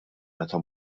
meta